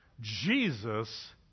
Jesus